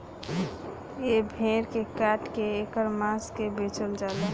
ए भेड़ के काट के ऐकर मांस के बेचल जाला